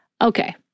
okay